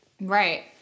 Right